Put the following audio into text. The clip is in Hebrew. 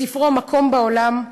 בספרו "מקום בעולם,